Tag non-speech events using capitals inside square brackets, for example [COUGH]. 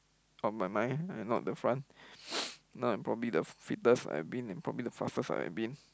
of my mind and not the front [NOISE] now I'm probably the fittest I've been and probably the fastest I've been